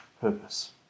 purpose